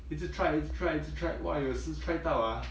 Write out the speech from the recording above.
一直 try 一直 try 一直 try !wah! 有时 try 到 ah